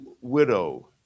widow